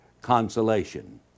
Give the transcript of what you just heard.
consolation